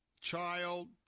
child